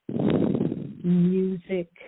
Music